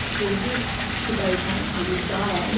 the risk to those nations is dire. and